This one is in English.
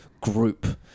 group